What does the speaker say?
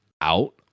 out